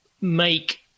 make